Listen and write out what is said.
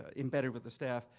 ah embedded with the staff,